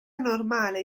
normale